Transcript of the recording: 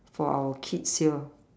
for our kids here